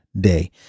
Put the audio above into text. Day